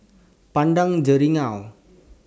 Padang Jeringau